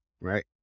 right